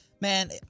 Man